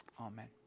Amen